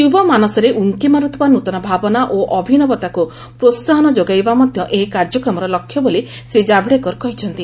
ଯୁବମାନସରେ ଉଙ୍କି ମାରୁଥିବା ନୂତନ ଭାବନା ଓ ଅଭିନବତାକୁ ପ୍ରୋସାହନ ଯୋଗାଇବା ମଧ୍ୟ ଏହି କାର୍ଯ୍ୟକ୍ରମର ଲକ୍ଷ୍ୟ ବୋଲି ଶ୍ରୀ ଜାଭ୍ଡେକର କହିଛନ୍ତି